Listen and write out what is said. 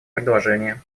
предложение